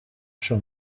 圣殿